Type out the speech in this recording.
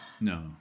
No